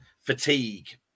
fatigue